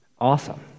awesome